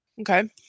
Okay